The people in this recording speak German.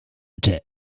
der